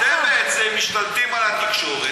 אתם בעצם משתלטים על התקשורת,